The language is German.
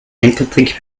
enkeltrick